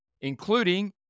including